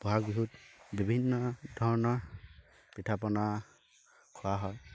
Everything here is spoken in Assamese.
বহাগ বিহুত বিভিন্ন ধৰণৰ পিঠাপনা খোৱা হয়